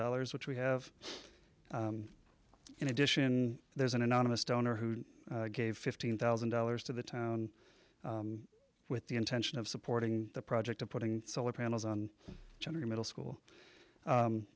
dollars which we have in addition there's an anonymous donor who gave fifteen thousand dollars to the town with the intention of supporting the project of putting solar panels on gender in middle school